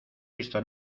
visto